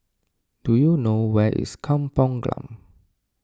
do you know where is Kampung Glam